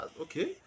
okay